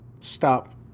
stop